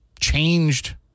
changed